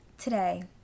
today